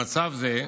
במצב זה,